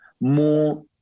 more